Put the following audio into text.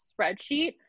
spreadsheet